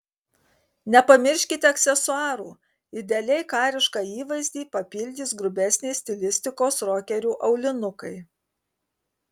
nepamirškite aksesuarų idealiai karišką įvaizdį papildys grubesnės stilistikos rokerių aulinukai